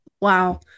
Wow